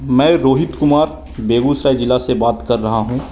मैं रोहित कुमार बेगूसराय ज़िला से बात कर रहा हूँ